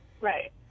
Right